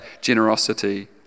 generosity